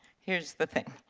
here is the thing,